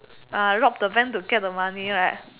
uh rob the bank to get the money right